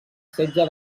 setge